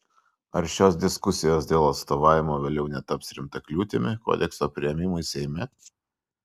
ar šios diskusijos dėl atstovavimo vėliau netaps rimta kliūtimi kodekso priėmimui seime